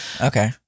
Okay